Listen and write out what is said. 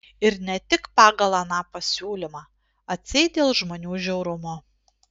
ir ne tik pagal aną pasiūlymą atseit dėl žmonių žiaurumo